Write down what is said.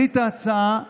תכלית ההצעה ראויה,